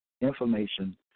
information